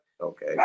okay